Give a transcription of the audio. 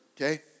okay